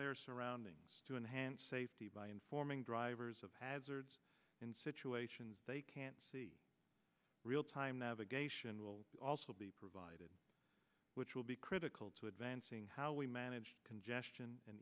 their soundings to enhance safety by informing drivers of hazards in situations they can't see real time navigation will also be provided which will be critical to advancing how we manage congestion and